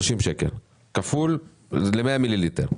ל-100 מיליליטר.